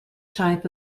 type